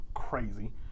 crazy